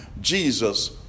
Jesus